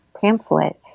pamphlet